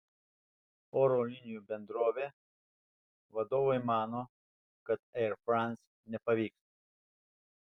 oro linijų bendrovė vadovai mano kad air france nepavyks